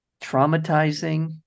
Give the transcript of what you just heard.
traumatizing